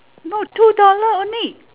no two dollar only